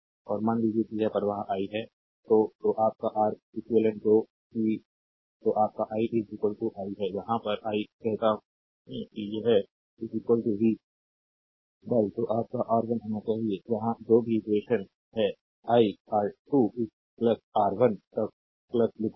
और मान लीजिए कि यह प्रवाह i है तो तो आप का R e eq जो कि तो आप का i है यहाँ पर आई कहता हूँ कि यह v तो आप का R1 होना चाहिए यहाँ जो भी इक्वेशन है आई R2 Rn तक लिखूँगा